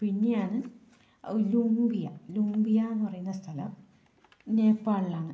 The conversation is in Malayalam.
പിന്നെ ആണ് ലൂമ്പിയ ലൂമ്പിയ എന്ന് പറയുന്ന സ്ഥലം നേപ്പാളിലാണ്